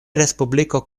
respubliko